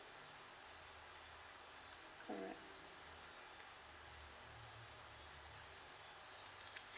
correct